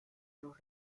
los